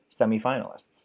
semifinalists